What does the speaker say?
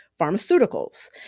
pharmaceuticals